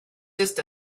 just